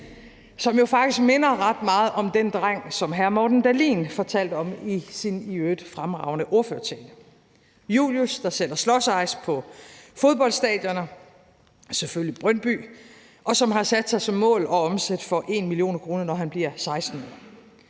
som jo faktisk minder ret meget om den dreng, som hr. Morten Dahlin fortalte om i sin i øvrigt fremragende ordførertale: Julius, der sælger slushice på fodboldstadioner, selvfølgelig Brøndby Stadion, og som har sat sig som mål at omsætte for 1 mio. kr., når han bliver 16 år.